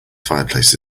fireplace